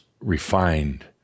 refined